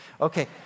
Okay